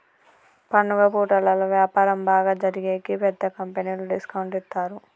పండుగ పూటలలో వ్యాపారం బాగా జరిగేకి పెద్ద కంపెనీలు డిస్కౌంట్ ఇత్తారు